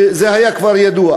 שזה היה כבר ידוע.